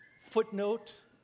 footnote